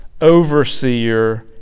overseer